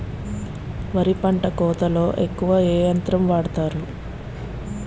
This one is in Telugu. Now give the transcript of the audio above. వరి పంట కోతలొ ఎక్కువ ఏ యంత్రం వాడతారు?